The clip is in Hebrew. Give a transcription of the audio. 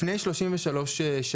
לפני 33 שנים,